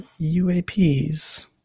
UAPs